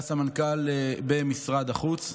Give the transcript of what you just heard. היה סמנכ"ל במשרד החוץ.